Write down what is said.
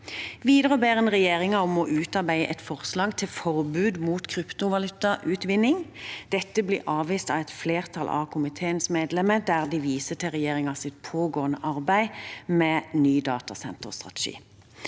ber en regjeringen om å utarbeide et forslag til forbud mot kryptovalutautvinning. Dette blir avvist av et flertall av komiteens medlemmer, der de viser til regjeringens pågående arbeid med ny datasenterstrategi.